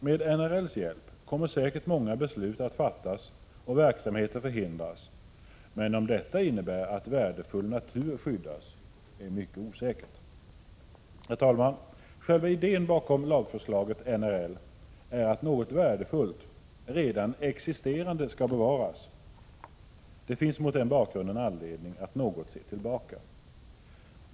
Med NRL:s hjälp kommer säkert många beslut att fattas och verksamheter förhindras, men om detta innebär att värdefull natur skyddas är mycket osäkert. Herr talman! Själva idén bakom lagförslaget NRL är att något värdefullt, redan existerande skall bevaras. Det finns mot den bakgrunden anledning att se tillbaka något.